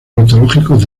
mitológicos